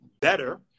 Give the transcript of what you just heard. better